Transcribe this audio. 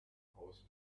horse